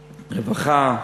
רווחה.